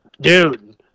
Dude